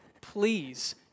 please